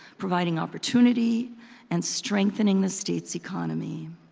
providing opportunity and strengthening the state's economy.